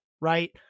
right